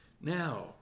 now